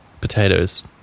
potatoes